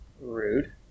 Rude